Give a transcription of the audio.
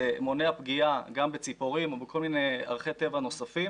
זה מונע פגיעה גם בציפורים ובכל מיני ערכי טבע נוספים.